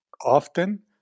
Often